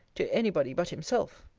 to any body but himself.